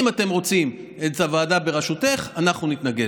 אם אתם רוצים את הוועדה בראשותך, אנחנו נתנגד.